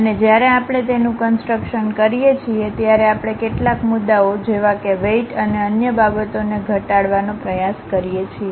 અને જ્યારે આપણે તેનું કન્સટ્રક્શન કરીએ છીએ ત્યારે આપણે કેટલાક મુદ્દાઓ જેવા કે વેઇટ અને અન્ય બાબતોને ઘટાડવાનો પ્રયાસ કરીએ છીએ